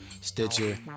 Stitcher